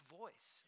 voice